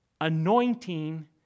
Anointing